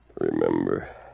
remember